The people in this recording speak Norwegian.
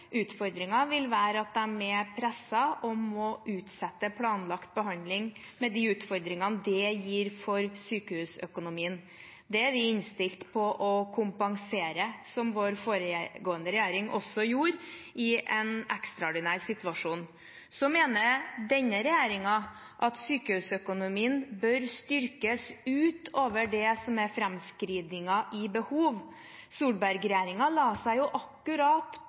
Utfordringen vil være at de er presset og må utsette planlagt behandling, med de utfordringene det gir for sykehusøkonomien. Det er vi innstilt på å kompensere, som den foregående regjeringen også gjorde i en ekstraordinær situasjon. Så mener denne regjeringen at sykehusøkonomien bør styrkes utover det som er framskrivingen av behov. Solberg-regjeringen la seg akkurat